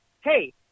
hey